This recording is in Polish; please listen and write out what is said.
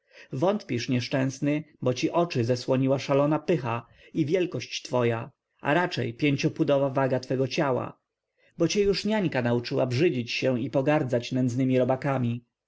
wątpisz nieszczęsny bo ci oczy zesłoniła szalona pycha i wielkość twoja a raczej pięciopudowa waga twego ciała bo cię już niańka nauczyła brzydzić się i pogardzać nędznemi robakami